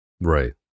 Right